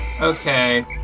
Okay